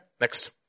Next